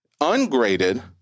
ungraded